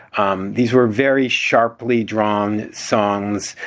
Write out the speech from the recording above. um these were very sharply drawn songs